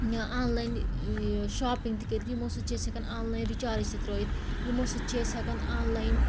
یہِ online یہِ shopping تہِ کٔرِتھ یِمو سۭتۍ چھِ أسۍ ہٮ۪کان آن لایَن رِچارٕج تہِ ترٛٲیِتھ یِمو سۭتۍ چھِ أسۍ ہٮ۪کان آن لایَن